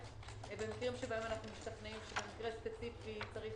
במקרים שבהם אנחנו משתכנעים שבמקרה ספציפי צריך